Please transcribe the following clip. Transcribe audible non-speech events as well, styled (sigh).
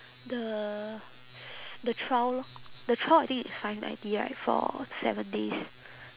the (noise) the trial lor the trial I think it's five ninety right for seven days